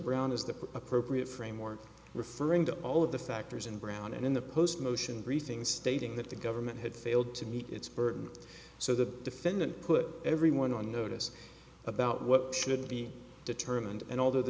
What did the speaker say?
brown as the appropriate framework referring to all of the factors in brown and in the post motion briefing stating that the government had failed to meet its burden so the defendant put everyone on notice about what should be determined and al